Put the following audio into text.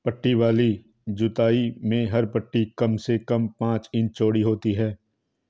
पट्टी वाली जुताई में हर पट्टी कम से कम पांच इंच चौड़ी होती है